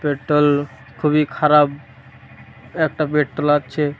petrol খুবই খারাপ একটা পেট্রোল আছে